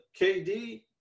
KD